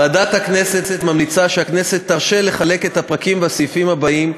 ועדת הכנסת ממליצה שהכנסת תרשה לחלק את הפרקים והסעיפים שלהלן,